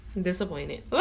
disappointed